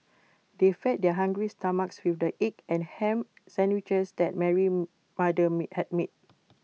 they fed their hungry stomachs with the egg and Ham Sandwiches that Mary's mother had made